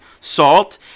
salt